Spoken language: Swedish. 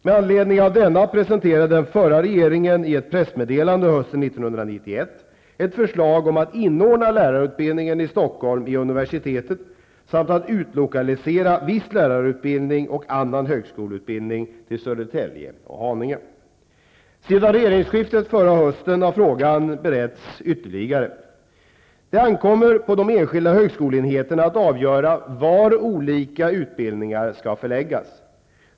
Med anledning av denna presenterade den förra regeringen i ett pressmeddelande hösten 1991 ett förslag om att inordna lärarutbildningen i Stockholm i universitetet samt att utlokalisera viss lärarutbildning och annan högskoleutbildning till Sedan regeringsskiftet förra hösten har frågan beretts ytterligare. Det ankommer på de enskilda högskoleenheterna att avgöra var olika utbildningar skall förläggas.